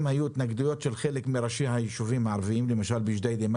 היה אמור להתבצע בדיוק לפי מה ששמענו כאן מבועז.